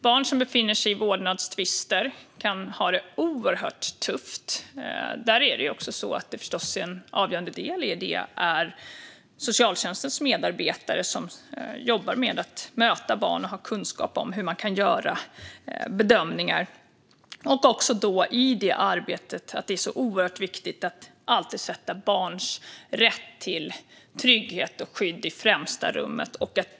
Barn som befinner sig i vårdnadstvister kan ha det oerhört tufft, och en avgörande del då är förstås socialtjänstens medarbetare, som jobbar med att möta barn och har kunskap om hur man kan göra bedömningar. Det är oerhört viktigt att i det arbetet alltid sätta barns rätt till trygghet och skydd i främsta rummet.